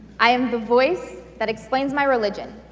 i am the voice that explains my religion,